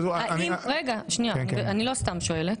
לא סתם אני שואלת.